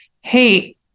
Hey